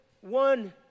one